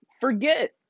forget